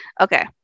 Okay